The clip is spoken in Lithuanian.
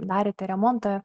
darėte remontą